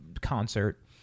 concert